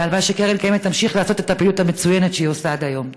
והלוואי שקרן קיימת תמשיך לעשות את הפעילות המצוינת שהיא עושה עד היום.